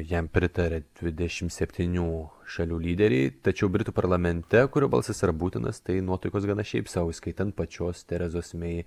jam pritarė dvidešimt septynių šalių lyderiai tačiau britų parlamente kurio balsas yra būtinas tai nuotaikos gana šiaip sau įskaitant pačios terezos mei